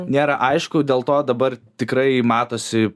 nėra aišku dėl to dabar tikrai matosi